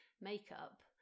makeup